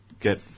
get